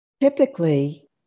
Typically